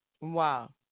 Wow